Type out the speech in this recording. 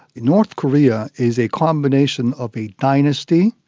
north korea is a combination of a dynasty,